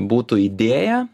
būtų idėja